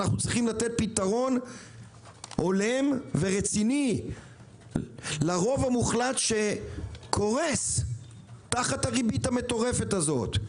הוא לתת פתרון הולם ורציני לרוב המוחלט שקורס תחת הריבית המטורפת הזאת.